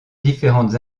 différentes